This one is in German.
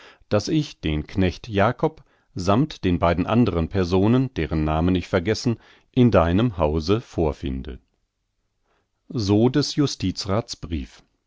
daß ich den knecht jakob sammt den beiden andern personen deren namen ich vergessen in deinem hause vorfinde so des justizraths brief